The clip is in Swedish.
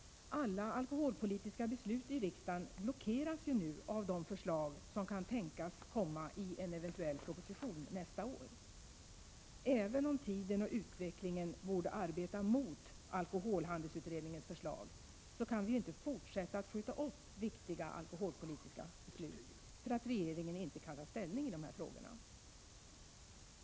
Alla alkoholpolitiska beslut i riksdagen blockeras nu av de förslag som kan tänkas komma i en eventuell proposition nästa år. Även om tiden och utvecklingen borde arbeta mot alkoholhandelsutredningens förslag, kan vi inte fortsätta att skjuta upp viktiga alkoholpolitiska beslut för att regeringen inte kan ta ställning i de här frågorna.